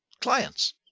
clients